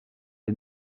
est